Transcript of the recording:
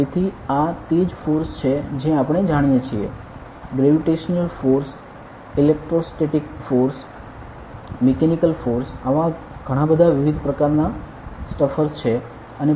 તેથી આ તે જ ફોર્સ છે જે આપણે જાણીએ છીએ gravitational force electrostatic force mechanical force આવા ઘણા બધા વિવિધ પ્રકારનાં સ્ટફર છે